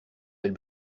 elle